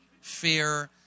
fear